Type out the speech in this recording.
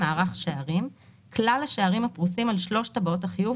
"מערך שערים" כלל השערים הפרוסים על שלוש טבעות החיוב,